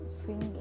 sing